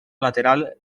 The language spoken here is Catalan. lateral